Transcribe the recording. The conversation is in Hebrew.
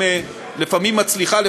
לפעמים מצליחה,